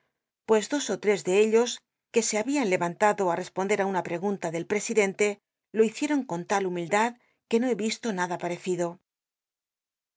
pues dos ó ll'cs de ellos que se habían levantado á responder í una pcgunta del presidente lo hicicon con tal humildad que no he i'íslo nada p